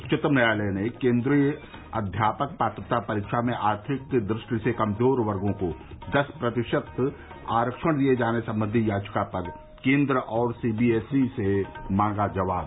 उच्चतम न्यायालय ने केन्द्रीय अध्यापक पात्रता परीक्षा में आर्थिक दृष्टि से कमजोर वर्गों को दस प्रतिशत आरक्षण दिये जाने संबंधी याचिका पर केन्द्र और सीबीएसई से मांगा जवाब